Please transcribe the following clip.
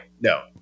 no